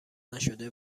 نشده